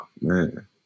man